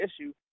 issue